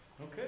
Okay